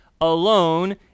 alone